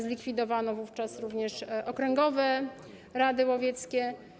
Zlikwidowano wówczas również okręgowe rady łowieckie.